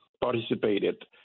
participated